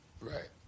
Right